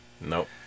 Nope